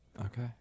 Okay